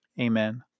Amen